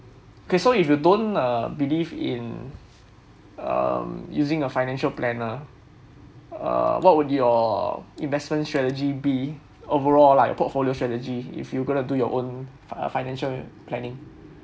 okay so if you don't uh believe in um using a financial planner err what would your investment strategy be overall lah your portfolio strategy if you gonna to do your own uh financial planning